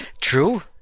True